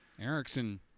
Erickson